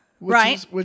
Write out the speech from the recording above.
right